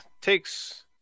takes